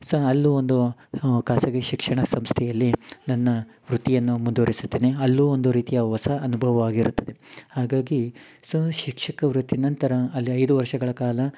so ಅಲ್ಲೂ ಒಂದು ಖಾಸಗಿ ಶಿಕ್ಷಣ ಸಂಸ್ಥೆಯಲ್ಲಿ ನನ್ನ ವೃತ್ತಿಯನ್ನು ಮುಂದುವರಿಸುತ್ತೇನೆ ಅಲ್ಲೂ ಒಂದು ರೀತಿಯ ಹೊಸ ಅನ್ಭವವಾಗಿರುತ್ತದೆ ಹಾಗಾಗಿ ಸ ಶಿಕ್ಷಕ ವೃತ್ತಿ ನಂತರ ಅಲ್ಲಿ ಐದು ವರ್ಷಗಳ ಕಾಲ